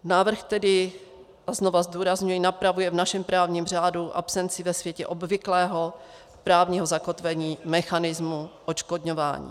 Návrh tedy, a znovu zdůrazňuji, napravuje v našem právním řádu absenci ve světě obvyklého právního zakotvení mechanismu odškodňování.